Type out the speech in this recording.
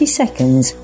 seconds